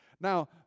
Now